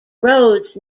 roads